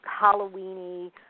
Halloweeny